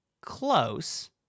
close